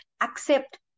accept